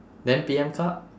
then P_M cup